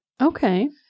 Okay